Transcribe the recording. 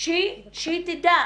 תדע